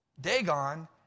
Dagon